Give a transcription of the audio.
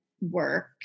work